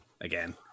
Again